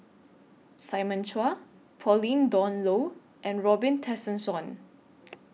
Simon Chua Pauline Dawn Loh and Robin Tessensohn